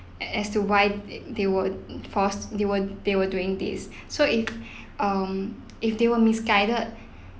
at as to why they were forced they were they were doing this so if um if they were misguided